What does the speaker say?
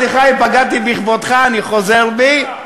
סליחה אם פגעתי בכבודך, אני חוזר בי.